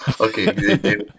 okay